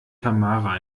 tamara